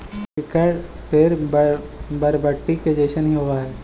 एकर पेड़ बरबटी के जईसन हीं होब हई